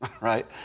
Right